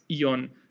Ion